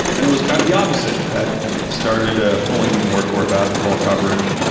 and it was kind of the opposite that started ah pulling me more toward basketball coverage.